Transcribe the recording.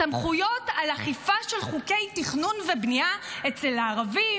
סמכויות אכיפה של חוקי תכנון ובנייה אצל הערבים,